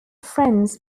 friends